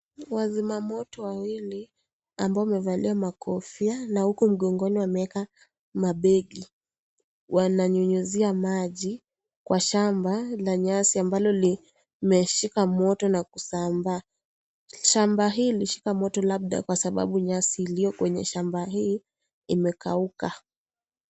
Wazima moto wawili ambao wamevalia makofia na huku mgongoni wameweka mabegi wananyunyuzia maji kwa shamba la nyasi ambalo limeshika moto na kusambaa. Shamba hili lilishika moto labda kwa sababu nyasi iliyo kwenye shamba hii imekauka.